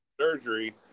surgery